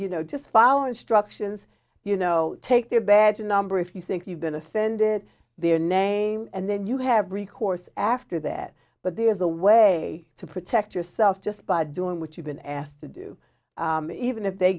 you know just follow instructions you know take their badge number if you think you've been offended their name and then you have recourse after that but there's a way to protect yourself just by doing what you've been asked to do even if they